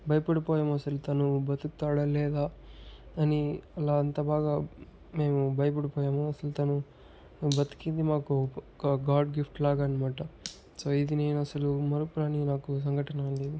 భయపడిపోయాం అసలు తను బతుకు తాడ లేదా అని అలా అంత బాగా మేము భయపడిపోయాము అసలు తను బతికింది మాకు ఒక గాడ్ గిఫ్ట్ లాగా అన్నమాట సో ఇది నేను అసలు మరపురాని నాకు సంఘటన అండి